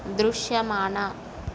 దృశ్యమాన